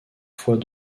fois